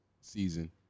season